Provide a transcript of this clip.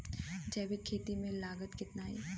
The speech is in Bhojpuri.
जैविक खेती में लागत कितना आई?